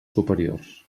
superiors